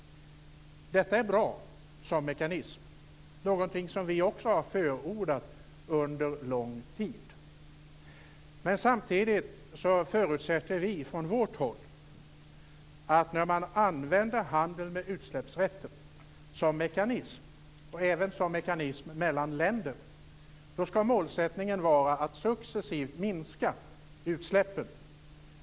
Detta är bra som mekanism, någonting som vi också har förordat under lång tid. Men samtidigt förutsätter vi från vårt håll att när man använder handel med utsläppsrätter som en mekanism mellan länder, skall målsättningen vara att successivt minska utsläppen.